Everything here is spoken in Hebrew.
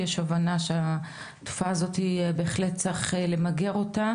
יש הבנה שבהחלט צריך למגר את התופעה הזו.